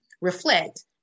reflect